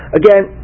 again